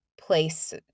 place